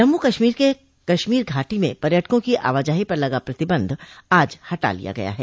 जम्मू कश्मीर के कश्मीर घाटी में पर्यटकों की आवाजाही पर लगा प्रतिबंध आज हटा लिया गया है